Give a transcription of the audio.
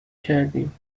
کردیم